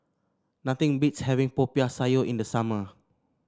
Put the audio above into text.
nothing beats having Popiah Sayur in the summer